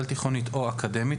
על תיכונית או אקדמית,